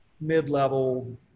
mid-level